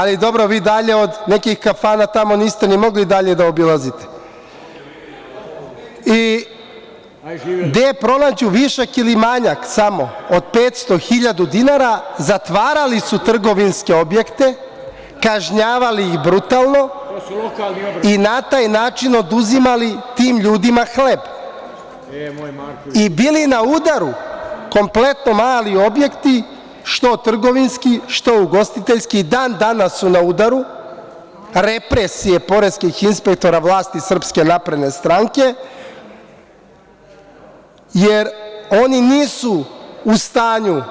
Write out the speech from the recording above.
Ali, dobro, vi dalje od nekih kafana tamo niste ni mogli dalje da obilazite. …i gde pronađu višak ili manjak samo od 500 - 1000 dinara zatvarali su trgovinske objekte, kažnjavali ih brutalno i na taj način oduzimali tim ljudima hleb i bili na udaru kompletno mali objekti, što trgovinski, što ugostiteljski, a i dan danas su na udaru represije poreskih inspektora vlasti SNS, jer oni nisu u stanju,